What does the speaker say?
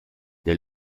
der